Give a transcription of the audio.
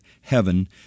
heaven